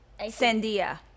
Sandia